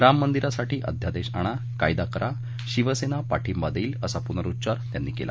राम मंदिरासाठी अध्यादेश आणा कायदा करा शिवसेना पाठिंबा देईल असा पुनरुच्चार त्यांनी केला